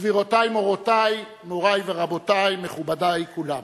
גבירותי מורותי, מורי ורבותי, מכובדי כולם,